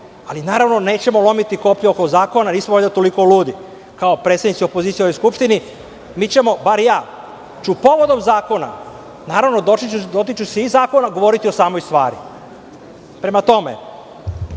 Ali, naravno, nećemo lomiti koplja oko zakona. Nismo valjda toliko ludi. Kao predsednici opozicije u ovoj skupštini mi ćemo, bar ja ću povodom zakona, naravno dotičući se i zakona, govoriti o samoj stvari. Prema tome,